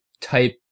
type